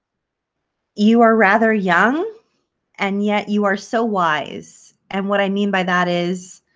you are rather young and yet you are so wise. and what i mean by that is